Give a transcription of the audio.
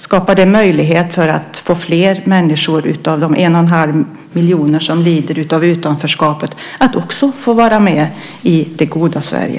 Skapar det möjlighet att få fler människor av de en och en halv miljon som lider av utanförskapet att också få vara med i det goda Sverige?